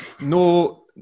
no